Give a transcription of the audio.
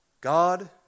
God